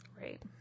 Right